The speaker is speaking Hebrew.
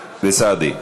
וסעדי.